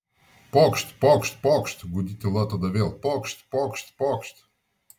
pokšt pokšt pokšt gūdi tyla tada vėl pokšt pokšt pokšt